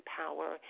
power